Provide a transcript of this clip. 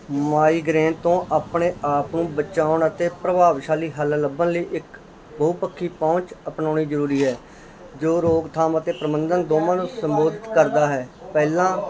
migraine ਤੋਂ ਆਪਣੇ ਆਪ ਨੂੰ ਬਚਾਉਣ ਅਤੇ ਪ੍ਰਭਾਵਸ਼ਾਲੀ ਹੱਲ ਲੱਭਣ ਲਈ ਇੱਕ ਬਹੁਪੱਖੀ ਪਹੁੰਚ ਅਪਣਾਉਣੀ ਜ਼ਰੂਰੀ ਹੈ ਜੋ ਰੋਕਥਾਮ ਅਤੇ ਪ੍ਰਬੰਧਨ ਦੋਵਾਂ ਨੂੰ ਸੰਬੋਧਿਤ ਕਰਦਾ ਹੈ ਪਹਿਲਾਂ